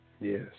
Yes